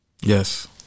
Yes